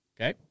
Okay